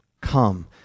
come